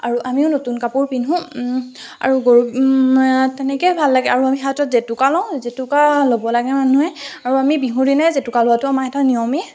আৰু আমিও নতুন কাপোৰ পিন্ধো আৰু গৰু তেনেকৈয়ে ভাল লাগে আৰু আমি হাতত জেতুকা লওঁ জেতুকা ল'ব লাগে মানুহে আৰু আমি বিহুদিনাই জেতুকা লোৱাটো আমাৰ নিয়মেই